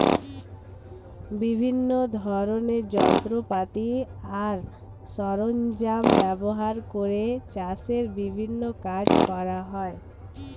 বিভিন্ন ধরনের যন্ত্রপাতি আর সরঞ্জাম ব্যবহার করে চাষের বিভিন্ন কাজ করা হয়